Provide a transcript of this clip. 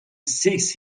seeks